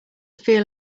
feel